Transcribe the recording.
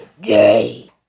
day